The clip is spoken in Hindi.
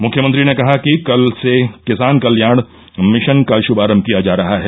मुख्यमंत्री ने कहा कि कल से किसान कल्याण मिशन का श्भारम्भ किया जा रहा है